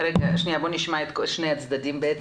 נשמע את שני הצדדים.